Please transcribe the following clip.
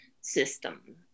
system